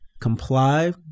Comply